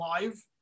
live